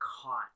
caught